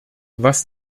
was